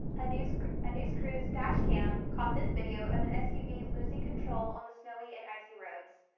ah news ah news crew's dash cam caught this video of an s u v losing control on the snowy and icy roads.